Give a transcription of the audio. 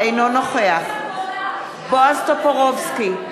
אינו נוכח בועז טופורובסקי,